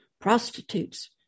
prostitutes